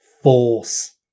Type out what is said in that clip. force